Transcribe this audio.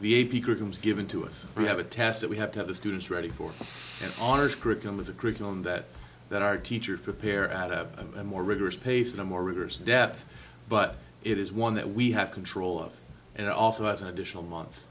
grooms given to us we have a task that we have to have the students ready for honors curriculum as a curriculum that that our teacher prepare and have a more rigorous pace and a more rigorous depth but it is one that we have control of and also has an additional month